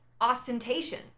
ostentation